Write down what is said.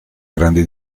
grandi